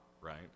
right